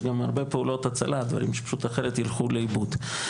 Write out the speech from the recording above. יש גם הרבה פעולות הצלה, דברים שאחרת ילכו לאיבוד.